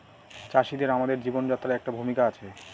চাষিদের আমাদের জীবনযাত্রায় একটা ভূমিকা আছে